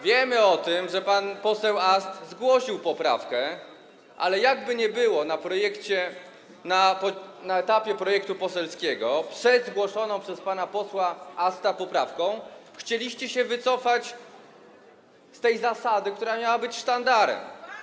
Wiemy o tym, że pan poseł Ast zgłosił poprawkę, ale jak by nie było - na etapie projektu poselskiego przed zgłoszoną przez pana posła Asta poprawką - chcieliście się wycofać z tej zasady, która miała być sztandarem.